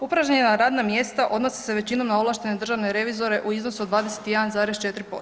Upražnjena radna mjesta odnose se većinom na ovlaštene državne revizore u iznosu od 21,4%